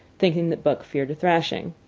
thinking that buck feared a thrashing.